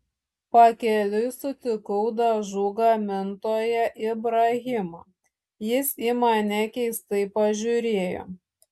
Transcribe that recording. pakeliui sutikau dažų gamintoją ibrahimą jis į mane keistai pažiūrėjo